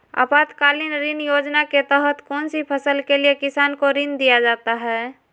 आपातकालीन ऋण योजना के तहत कौन सी फसल के लिए किसान को ऋण दीया जाता है?